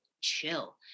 chill